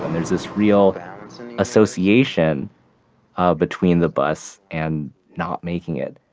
there's this real association between the bus and not making it.